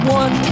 one